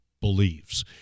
believes